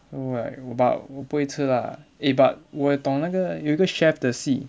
so like but 我不会吃 lah eh but 我有懂那个有一个 chefs 的戏